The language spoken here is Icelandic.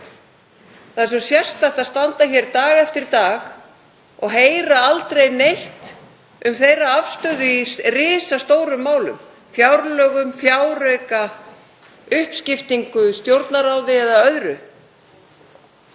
Það er svo sérstakt að standa hér dag eftir dag og heyra aldrei neitt um afstöðu þeirra í risastórum málum; fjárlögum, fjárauka, uppskiptingu Stjórnarráðs eða öðru.